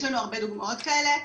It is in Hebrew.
יש לנו הרבה דוגמאות כאלה.